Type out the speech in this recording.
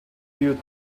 you